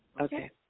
Okay